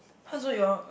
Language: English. !huh! so you all